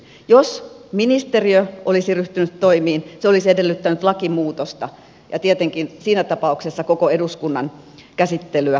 jos ministeriö olisi ryhtynyt toimiin se olisi edellyttänyt lakimuutosta ja tietenkin siinä tapauksessa koko eduskunnan käsittelyä